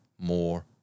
more